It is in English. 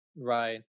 Right